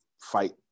fight